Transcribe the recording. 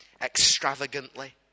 extravagantly